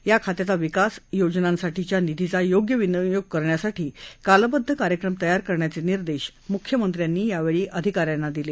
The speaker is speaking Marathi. या खात्याचा विकास योजनांसाठीच्या निधीचा योग्य विनियोग करण्यासाठी कालबद्ध कार्यक्रम तयार करण्याचे निर्देश मुख्यमंत्र्यांनी अधिकाऱ्यांना दिले